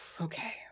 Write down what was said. Okay